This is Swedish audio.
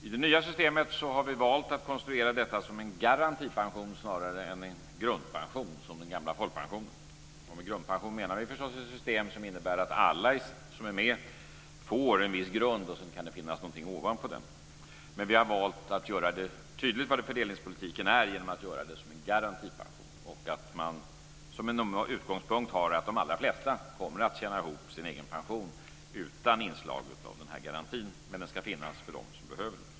I det nya systemet har vi valt att konstruera detta som en garantipension snarare än en grundpension som den gamla folkpensionen. Med grundpension menar vi förstås ett system som innebär att alla som är med får en viss grund, och sedan kan det finnas någonting ovanpå den. Vi har valt att tydliggöra fördelningspolitiken genom att göra det som en garantipension. Vi har som utgångspunkt att de allra flesta kommer att tjäna ihop sin egen pension utan inslag av garantin, men den ska finnas för dem som behöver den.